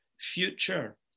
future